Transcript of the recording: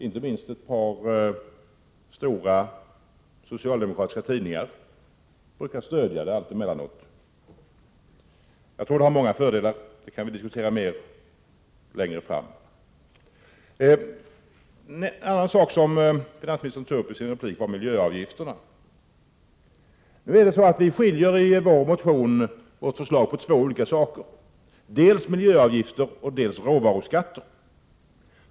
Inte minst ett par stora socialdemokratiska tidningar brukar stödja ett sådant förslag emellanåt. Jag tror att det har många fördelar. Det kan vi diskutera ytterligare längre fram. En annan sak som finansministern tog upp i sitt anförande var miljöavgifterna. I vår motion skiljer vi på två saker, nämligen miljöavgifter och råvaruskatter.